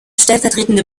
stellvertretende